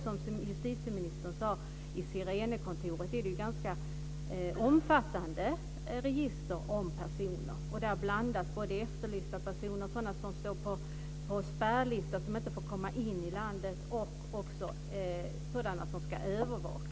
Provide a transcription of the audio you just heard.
Som justitieministern sade förs det i Sirenekontoren ganska omfattande register om personer. Där blandas efterlysta personer, sådana som står på spärrlista och inte får komma in i landet och sådana som ska övervakas.